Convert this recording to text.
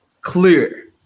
clear